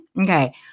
Okay